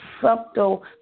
subtle